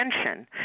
attention